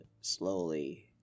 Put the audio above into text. slowly